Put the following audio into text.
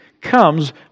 comes